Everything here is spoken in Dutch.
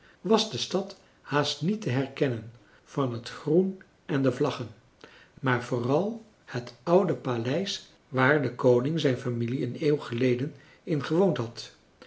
was de stad haast niet te herkennen van het groen en de vlaggen maar vooral het oude paleis waar de koning zijn familie een eeuw geleden in gewoond had